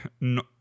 no